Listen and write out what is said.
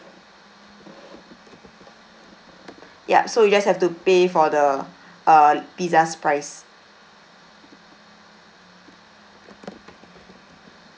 yup so you just have to pay for the uh pizza's price